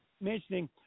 mentioning